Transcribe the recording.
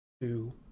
two